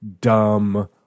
dumb